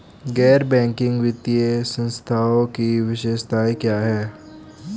गैर बैंकिंग वित्तीय संस्थानों की विशेषताएं क्या हैं?